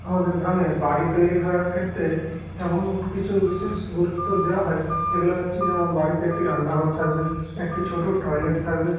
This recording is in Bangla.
আমাদের গ্রামে বাড়ি তৈরি করার ক্ষেত্রে তেমন কিছু বিশেষ গুরুত্ব দেওয়া হয় যেগুলি হচ্ছে যেমন বাড়িতে একটি রান্নাঘর থাকবে একটি ছোটো টয়লেট থাকবে